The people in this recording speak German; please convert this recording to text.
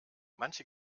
manche